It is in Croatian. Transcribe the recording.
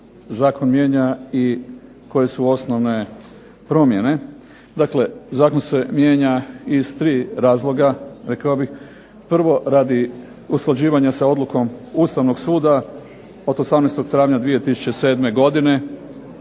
zakon mijenja i koje su osnovne promjene. Dakle zakon se mijenja iz tri razloga, rekao bih prvo radi usklađivanja sa odlukom Ustavnog suda od 18. travnja 2007. godine,